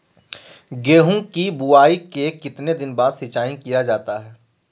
गेंहू की बोआई के कितने दिन बाद सिंचाई किया जाता है?